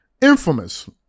infamous